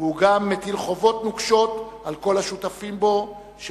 והוא גם מטיל על כל השותפים בו חובות נוקשות,